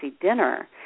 dinner